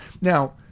now